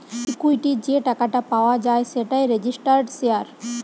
equity যে টাকাটা পাওয়া যায় সেটাই রেজিস্টার্ড শেয়ার